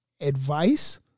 advice